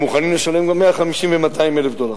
הם מוכנים לשלם גם 150,000 דולר